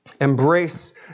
Embrace